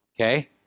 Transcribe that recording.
Okay